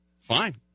fine